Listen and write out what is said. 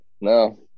No